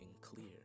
clear